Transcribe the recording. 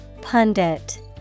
Pundit